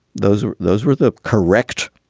those those were the correct,